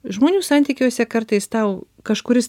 žmonių santykiuose kartais tau kažkuris